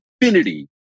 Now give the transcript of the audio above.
infinity